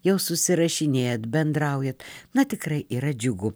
jau susirašinėjat bendraujat na tikrai yra džiugu